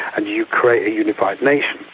and you create a unified nation.